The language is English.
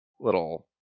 little